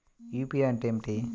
UPI అంటే ఏమిటి?